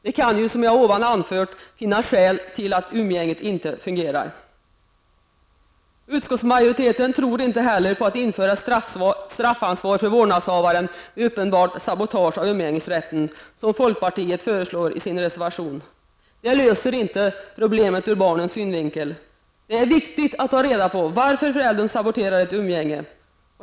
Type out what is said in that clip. Det kan ju, som jag ovan anförde, finnas skäl till att umgänget inte fungerar. Utskottets majoritet tror inte heller på att införa ett straffansvar för vårdnadshavaren vid uppenbart sabotage av umgängesrätten, som folkpartiet föreslår i sin reservation. Det löser inte problemet ur barnets synvinkel. Det är viktigt att ta reda på varför föräldern saboterar ett umgänge.